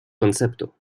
concepto